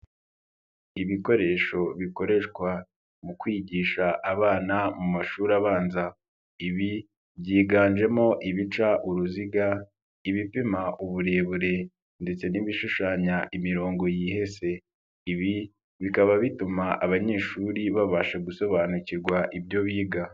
Ibikoresho bikoreshwa mu kwigisha abana mu mashuri abanza ibi byiganjemo; ibica uruziga ibipima, uburebure ndetse n'ibishushanya imirongo yihese ibi bikaba bituma abanyeshuri babasha gusobanukirwa ibyo biga.